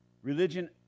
Religion